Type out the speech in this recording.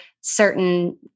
certain